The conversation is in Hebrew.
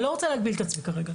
אני לא רוצה להגביל את עצמי כרגע.